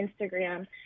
Instagram